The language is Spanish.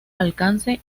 alcance